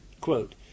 Quote